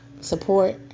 support